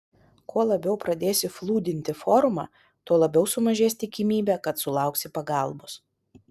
kuo labiau pradėsi flūdinti forumą tuo labiau sumažės tikimybė kad sulauksi pagalbos